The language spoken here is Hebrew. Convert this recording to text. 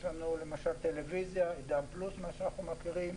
יש גם עידן פלוס שכולנו מכירים,